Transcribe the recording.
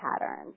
patterns